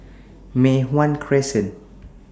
Mei Hwan Crescent